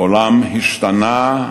העולם השתנה,